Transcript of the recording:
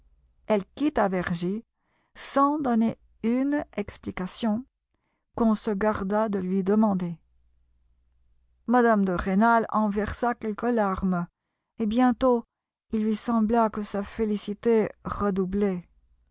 elle quitta vergy sans donner une explication qu'on se garda de lui demander mme de rênal en versa quelques larmes et bientôt il lui sembla que sa félicité redoublait